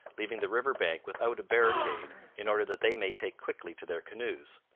leaving the river-bank without a barricade in order that they may take quickly to their canoes.